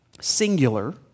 singular